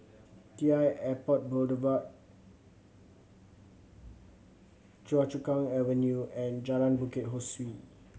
T I Airport Boulevard Choa Chu Kang Avenue and Jalan Bukit Ho Swee